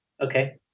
Okay